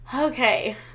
Okay